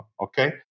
Okay